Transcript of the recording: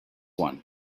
one